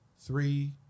three